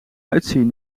uitzien